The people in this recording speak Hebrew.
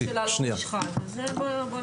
אז אני